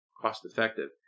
cost-effective